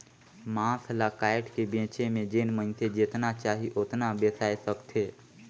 मांस ल कायट के बेचे में जेन मइनसे जेतना चाही ओतना बेसाय सकथे